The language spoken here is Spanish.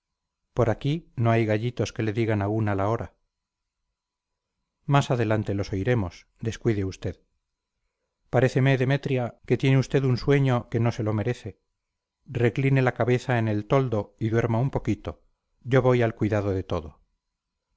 por aquí no hay gallitos que le digan a una la hora más adelante los oiremos descuide usted paréceme demetria que tiene usted un sueño que no se lo merece recline la cabeza en el toldo y duerma un poquito yo voy al cuidado de todo